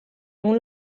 egun